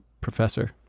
professor